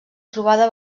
trobada